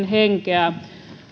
henkeä